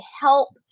help